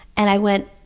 and i went,